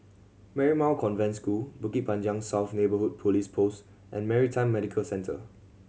Marymount Convent School Bukit Panjang South Neighbourhood Police Post and Maritime Medical Centre